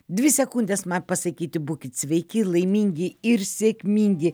dvi sekundės man pasakyti būkit sveiki laimingi ir sėkmingi